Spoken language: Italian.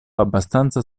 abbastanza